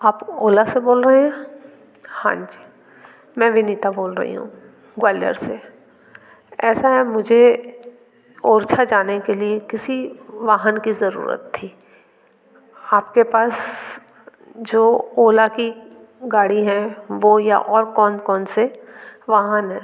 आप ओला से बोल रहे हैं हाँ जी मैं विनीता बोल रही हूँ ग्वालियर से ऐसा है मुझे ओरछा जाने के लिए किसी वाहन कि ज़रूरत थी आपके पास जो ओला की गाड़ी हैं वो या और कौन कौन से वाहन हैं